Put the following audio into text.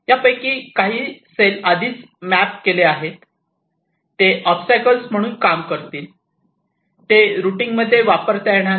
यापैकी काही सेल आधी माप केले आहे ते ओबस्टॅकल्स म्हणून काम करतील ते रुटींग मध्ये वापरता येणार नाही